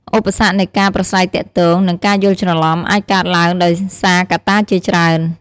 ឧបសគ្គនៃការប្រាស្រ័យទាក់ទង និងការយល់ច្រឡំ អាចកើតឡើងដោយសារកត្តាជាច្រើន។